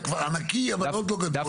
אתה כבר ענקי אבל עוד לא גדול.